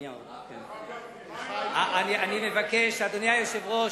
מה עם המתפרעים במוצאי שבת,